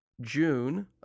June